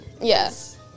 Yes